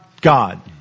God